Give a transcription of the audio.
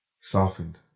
softened